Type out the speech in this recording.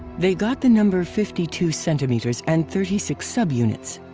they got the number fifty two centimeters and thirty six subunits.